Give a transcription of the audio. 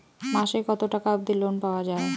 মাসে কত টাকা অবধি লোন পাওয়া য়ায়?